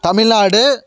Tamil Nadu